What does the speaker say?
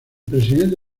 presidente